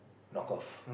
knock off